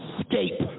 escape